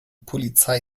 polizei